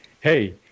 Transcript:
hey